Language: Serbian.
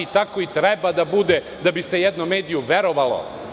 Tako i treba da bude da bi se jednom mediju verovalo.